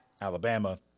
Alabama